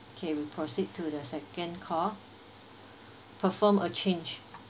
okay we proceed to the second call perform a change